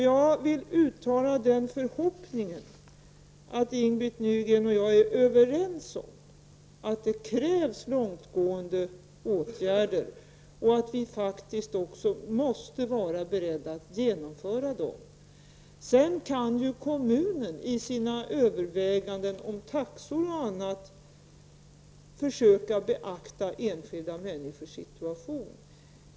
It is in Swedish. Jag vill uttala den förhoppningen att Ing-Britt Nygren och jag är överens om att det krävs långtgående åtgärder och att vi också måste vara beredda att genomföra dem. Sedan kan kommunen i sina överväganden om taxor och annat försöka beakta enskilda människors situation.